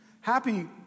happy